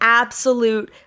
absolute